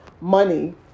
money